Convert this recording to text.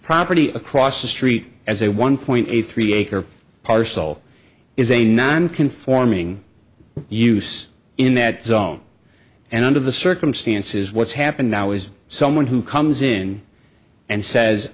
property across the street as a one point eight three acre parcel is a non conforming use in that zone and under the circumstances what's happened now is someone who comes in and says